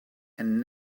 and